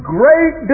great